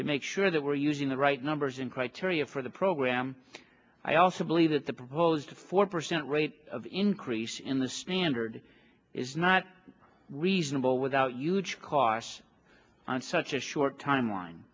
to make sure that we're using the right numbers in criteria for the program i also believe that the proposed four percent rate of increase in the standard is not reasonable without huge costs on such a short timeline